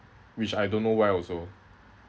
which I don't know why also